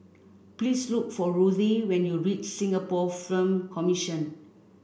please look for Ruthie when you reach Singapore Film Commission